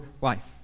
life